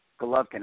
Golovkin